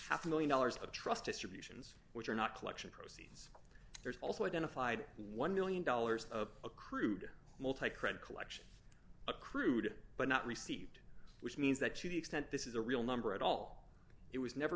half a one million dollars of trust distributions which are not collection proceeds there's also identified one million dollars of accrued credit collection accrued but not received which means that to the extent this is a real number at all it was never